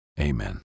amen